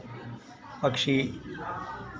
पक्षी